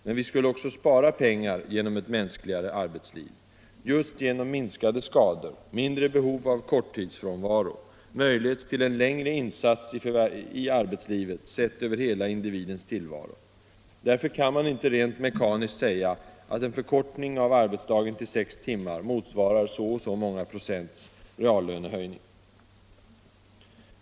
Men vi skulle också spara pengar med ett mänskligare arbetsliv just genom minskade skador, mindre behov av korttidsfrånvaro, möjlighet till en längre insats i arbetslivet — sett över hela individens tillvaro. Därför kan man inte rent mekaniskt säga att en förkortning av arbetsdagen till sex timmar motsvarar så och så många procents reallönehöjning.